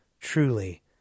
Truly